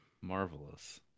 Marvelous